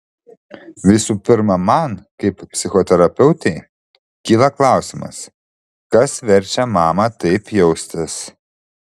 visų pirma man kaip psichoterapeutei kyla klausimas kas verčia mamą taip jaustis